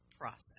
Process